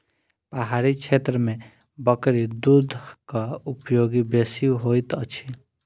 पहाड़ी क्षेत्र में बकरी दूधक उपयोग बेसी होइत अछि